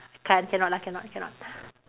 can't cannot lah cannot cannot